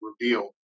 reveal